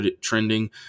trending